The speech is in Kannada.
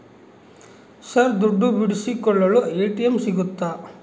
ಸರ್ ದುಡ್ಡು ಬಿಡಿಸಿಕೊಳ್ಳಲು ಎ.ಟಿ.ಎಂ ಸಿಗುತ್ತಾ?